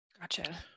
Gotcha